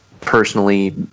personally